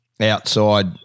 outside